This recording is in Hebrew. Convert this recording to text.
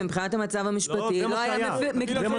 ומבחינת המצב המשפטי לא היה --- מפוקח